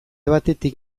batetik